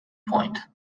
point